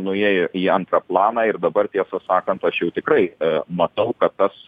nuėjo į antrą planą ir dabar tiesą sakant aš jau tikrai matau kad tas